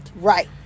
Right